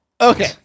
Okay